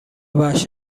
وحشت